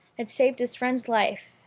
had saved his friend's life,